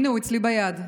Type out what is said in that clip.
הינה, הוא אצלי ביד.